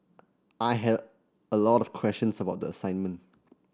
I had a lot of questions about the assignment